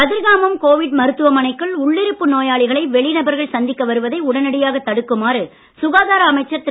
Kathirkamam covid மருத்துவமனைக்குள் உள்ளிருப்பு நோயாளிகளை வெளிநபர்கள் சந்திக்க வருவதை உடனடியாக தடுக்குமாறு சுகாதார அமைச்சர் திரு